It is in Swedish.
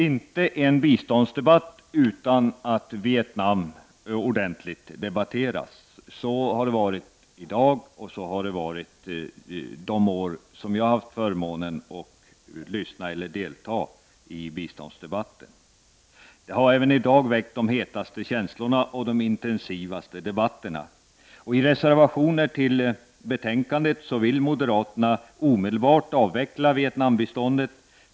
Inte en biståndsdebatt utan att Vietnam blir ordentligt debatterat — så har det varit i dag och så har det varit de år då jag har haft förmånen att delta i biståndsdebatten. Vietnam har även i dag väckt de hetaste känslorna och de intensivaste debatterna. I reservationer till betänkandet vill moderaterna omedelbart avveckla Vietnambiståndet.